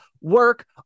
work